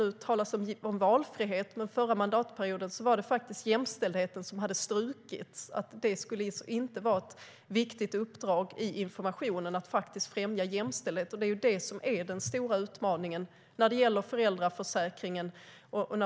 Nu talas det om valfrihet, men den förra mandatperioden var det faktiskt jämställdheten som hade strukits. Det skulle inte vara ett viktigt uppdrag i informationen att främja jämställdheten. Men det är det som är den stora utmaningen när det gäller föräldraförsäkringen.